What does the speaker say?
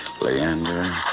Leander